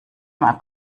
mal